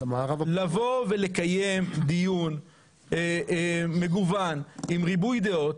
הבקשה לבוא ולקיים דיון מגוון עם ריבוי דעות,